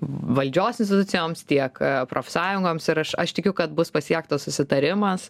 valdžios institucijoms tiek profsąjungoms ir aš aš tikiu kad bus pasiektas susitarimas